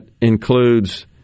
includes